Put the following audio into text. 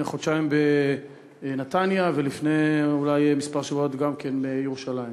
לפני חודשיים בנתניה ולפני כמה שבועות גם בירושלים.